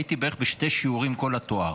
הייתי בערך בשני שיעורים כל התואר.